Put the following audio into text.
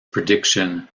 prediction